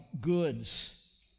goods